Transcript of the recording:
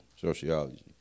Sociology